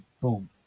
boom